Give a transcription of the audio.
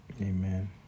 Amen